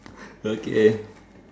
okay